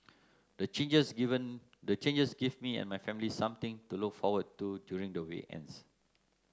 the changes given the changes give me and my family something to look forward to during the weekends